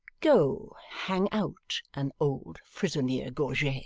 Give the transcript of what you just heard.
go, hang out an old frisoneer-gorget,